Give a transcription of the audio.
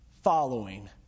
following